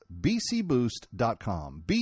bcboost.com